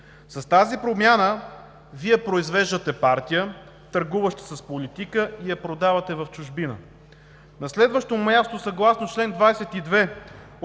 С тази промяна Вие произвеждате партия, търгуваща с политика, и я продавате в чужбина. На следващо място – съгласно чл. 22